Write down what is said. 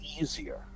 easier